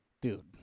Dude